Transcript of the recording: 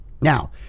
Now